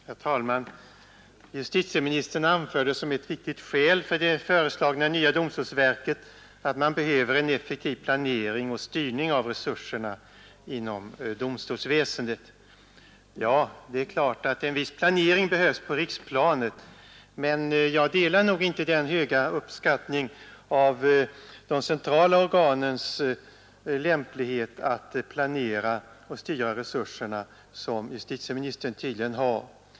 Herr talman! Justitieministern anförde som ett viktigt skäl för det föreslagna nya domstolsverket att det behövs en effektiv planering och styrning av resurserna inom domstolsväsendet. Ja, det är klart att det behövs en viss planering på riksplanet. Men jag delar inte justitieministerns höga uppskattning av de centrala organens lämplighet för planering och styrning av resurserna.